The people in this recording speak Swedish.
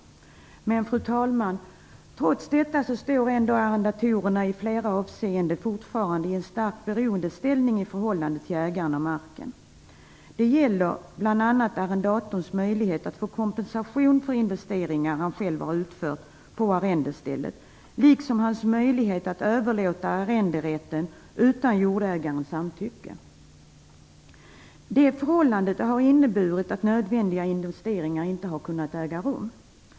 Fru talman! Trots detta står ändå arrendatorerna i flera avseenden fortfarande i en stark beroendeställning i förhållande till ägaren av marken. Det gäller bl.a. arrendatorns möjlighet att få kompensation för investeringar han själv har utfört på arrendestället liksom hans möjlighet att överlåta arrenderätten utan jordägarens samtycke. Detta förhållande kan ha inneburit att nödvändiga investeringar inte kunnat äga rum.